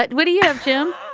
but what do you have jim